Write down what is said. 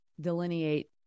delineate